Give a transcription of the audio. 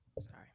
Sorry